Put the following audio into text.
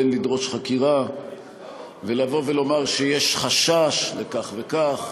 בין לדרוש חקירה ולבוא ולומר שיש חשש לכך וכך